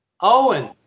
Owen